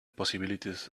possibilities